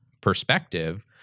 perspective